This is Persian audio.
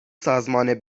سازمان